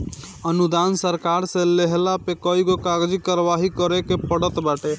अनुदान सरकार से लेहला पे कईगो कागजी कारवाही करे के पड़त बाटे